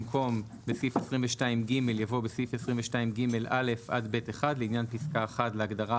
במקום "בסעיף 22ג" יבוא "בסעיף 22ג(א) עד (ב1) לעניין פסקה (1) להגדרה